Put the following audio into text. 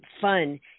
fun